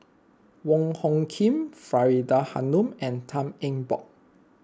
Wong Hung Khim Faridah Hanum and Tan Eng Bock